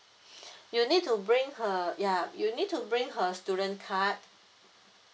you need to bring her ya you need to bring her student card